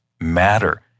matter